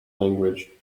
language